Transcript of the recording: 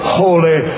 holy